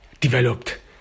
developed